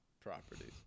properties